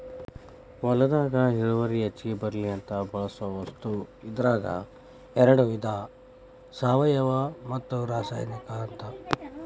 ಹೊಲದಾಗ ಇಳುವರಿ ಹೆಚಗಿ ಬರ್ಲಿ ಅಂತ ಬಳಸು ವಸ್ತು ಇದರಾಗ ಯಾಡ ವಿಧಾ ಸಾವಯುವ ಮತ್ತ ರಾಸಾಯನಿಕ ಅಂತ